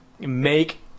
make